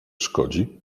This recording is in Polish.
szkodzi